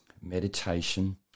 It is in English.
meditation